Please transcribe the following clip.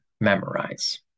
memorize